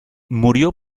murió